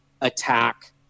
attack